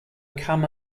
come